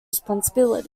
responsibility